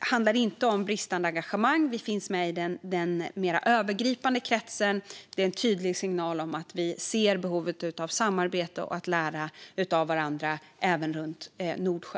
handlar inte om bristande engagemang. Vi finns med i den mer övergripande kretsen. Det är en tydlig signal om att vi ser behovet av samarbete och av att lära av varandra även runt Nordsjön.